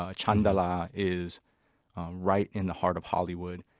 ah chan dara is right in the heart of hollywood.